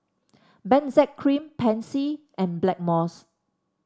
Benzac Cream Pansy and Blackmores